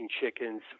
chickens